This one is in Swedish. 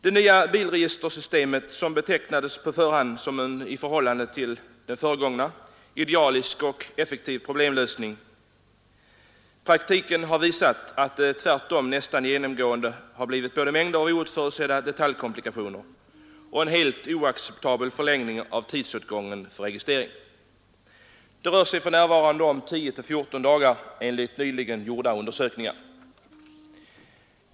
Det nya bilregistreringssystemet betecknades på förhand som en i förhållande till det föregående idealisk och effektiv problemlösning. Praktiken har visat att det tvärtom nästan genomgående har blivit både mängder av oförutsedda detaljkomplikationer och en helt oacceptabel förlängning av tidsåtgången för registrering. Det rör sig för närvarande om 10—14 dagar enligt nyligen gjorda undersökningar.